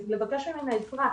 לבקש ממנה עזרה,